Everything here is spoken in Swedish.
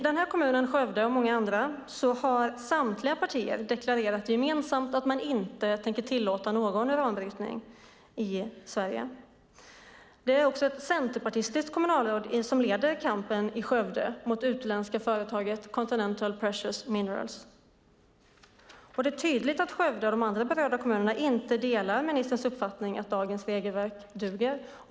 I Skövde och i många andra kommuner har samtliga partier gemensamt deklarerat att man inte tänker tillåta någon uranbrytning i Sverige. Det är ett centerpartistiskt kommunalråd i Skövde som leder kampen mot det utländska företaget Continental Precious Minerals. Det är tydligt att Skövde och de andra berörda kommunerna inte delar ministerns uppfattning att dagens regelverk duger.